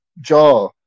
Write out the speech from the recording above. jaw